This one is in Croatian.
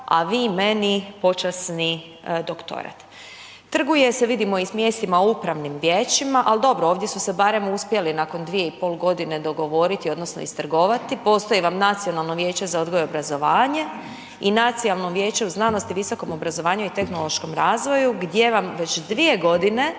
a vi meni počasni doktorat. Trguje se vidimo i s mjestima u upravnim vijećima, al dobro ovdje su se barem uspjeli nakon 2,5 godine dogovoriti odnosno iztrgovati, postoji vam nacionalno vijeće za odgoj i obrazovanje i nacionalno vijeće u znanosti, visokom obrazovanju i tehnološkom razvoju gdje vam već 2 godine